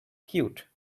cute